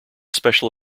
special